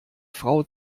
frau